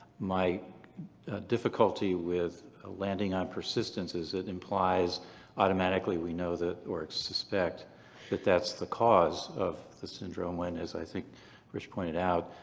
my difficulty with ah landing on persistence is it implies automatically we know or suspect that that's the cause of the syndrome, when as i think rich pointed out,